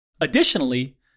Additionally